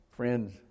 Friends